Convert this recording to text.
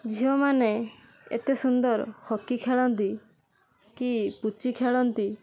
ଝିଅମାନେ ଏତେ ସୁନ୍ଦର ହକି ଖେଳନ୍ତି କି ପୁଚି ଖେଳନ୍ତି